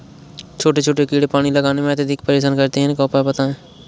छोटे छोटे कीड़े पानी लगाने में अत्याधिक परेशान करते हैं इनका उपाय बताएं?